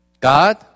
God